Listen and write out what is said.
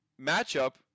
matchup